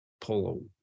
pull